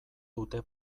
dute